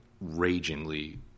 ragingly